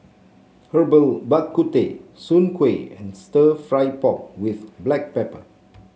Herbal Bak Ku Teh Soon Kway and stir fry pork with Black Pepper